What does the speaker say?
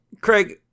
Craig